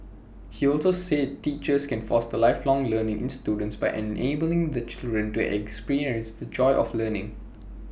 he also said teachers can foster lifelong learning in students by enabling the children to experience the joy of learning